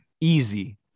Easy